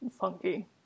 funky